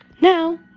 now